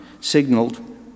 signaled